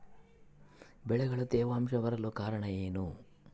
ಬೆಳೆಗಳಲ್ಲಿ ತೇವಾಂಶ ಬರಲು ಕಾರಣ ಏನು?